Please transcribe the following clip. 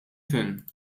film